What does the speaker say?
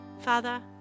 Father